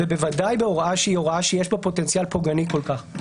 ובוודאי בהוראה שיש בה פוטנציאל פוגעני כל כך.